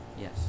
Yes